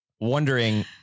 wondering